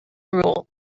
rule